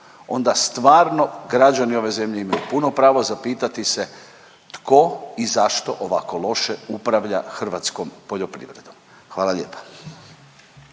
onda stvarno gađani ove zemlje imaju puno pravo zapitati se tko i zašto ovako loše upravlja hrvatskom poljoprivredom, hvala lijepa.